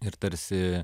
ir tarsi